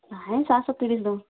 ନାଇଁ ସାତ୍ ଶହ ତିରିଶ୍ ଦେଉନ୍